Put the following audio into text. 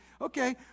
Okay